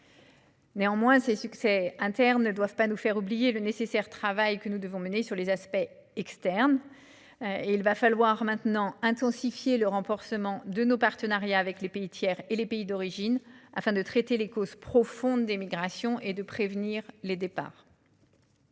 Néanmoins, ces succès internes ne doivent pas nous faire oublier le nécessaire travail que nous devons mener sur les aspects externes. Il faut à présent intensifier le renforcement de nos partenariats avec les pays tiers et avec les pays d'origine, afin de traiter les causes profondes des migrations et de prévenir les départs.